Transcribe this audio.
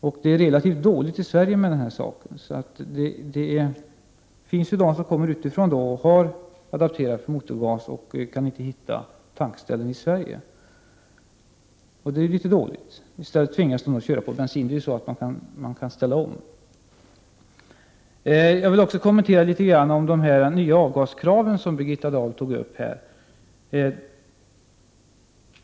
I Sverige är det sämre ställt med den saken. De som kommer utifrån med bilar som har blivit adapterade för motorgas, kan inte hitta tankställen i Sverige, vilket är dåligt. De tvingas i stället att köra på bensin. Det är ju så att man kan ställa om systemet. Jag vill också något kommentera de nya avgaskrav som Birgitta Dahl tog upp.